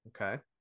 Okay